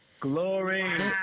glory